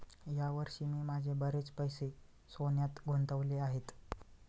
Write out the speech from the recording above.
या वर्षी मी माझे बरेच पैसे सोन्यात गुंतवले आहेत